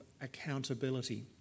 accountability